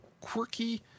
quirky